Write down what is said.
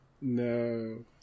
No